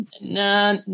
No